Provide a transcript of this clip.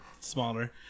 smaller